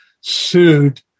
sued